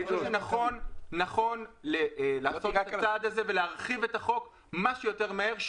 נכון לעשות את הצעד הזה ולהרחיב את החוק כמה שיותר מהר.